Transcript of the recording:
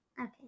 Okay